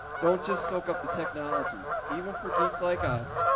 don't just soak up the technology, even for geeks like us,